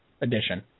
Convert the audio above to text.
edition